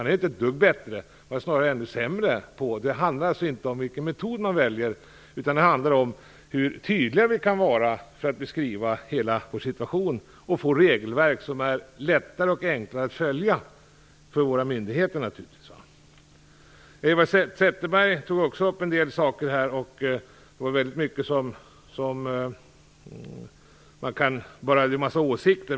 De är inte ett dugg bättre, utan snarare ännu sämre, på detta. Det handlar alltså inte om vilken metod vi väljer utan om hur tydligt vi beskriver hela vår situation och att vi får regelverk som är lätta och enkla att följa för våra myndigheter. Eva Zetterberg tog upp en del saker, och det var väldigt mycket som bara var en massa åsikter.